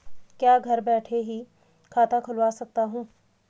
क्या मैं घर बैठे ही खाता खुलवा सकता हूँ?